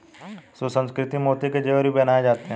सुसंस्कृत मोती के जेवर भी बनाए जाते हैं